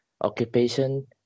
occupation